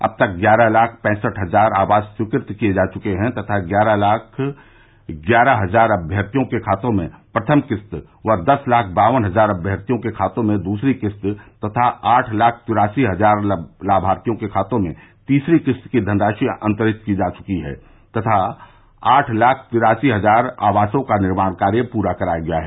अब तक ग्यारह लाख पैंसठ हजार आवास स्वीकृत किये जा चुके हैं तथा ग्यारह लाख ग्यारह हजार अभ्यर्थियों के खातों में प्रथम किस्त व दस लाख बावन हजार अभ्यर्थियों के खातों में दूसरी किस्त तथा आठ लाख तिरासी हजार लाभार्थियों के खातों में तीसरी किस्त की धनराशि अन्तरित की जा चुकी है तथा आठ लाख तिरासी हजार आवासों का निर्माण कार्य पूरा कराया गया है